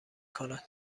کند